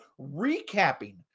recapping